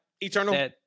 eternal